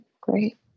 great